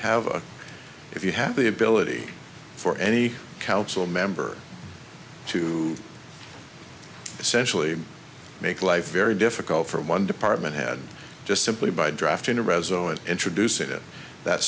have a if you have the ability for any council member to essentially make life very difficult for one department head just simply by drafting a resolution introducing it that